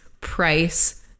price